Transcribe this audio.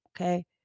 Okay